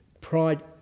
Pride